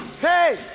Hey